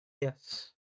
Yes